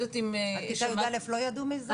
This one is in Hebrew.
עד כיתה י"א לא ידעו מזה?